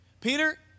Peter